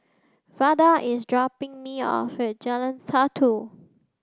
Vada is dropping me off at Jalan Satu